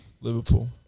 Liverpool